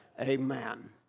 Amen